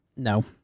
No